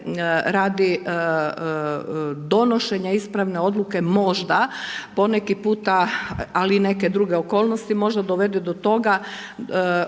radi donošenja ispravne odluke možda poneki puta, ali i neke druge okolnosti, možda dovedu do toga, otežu,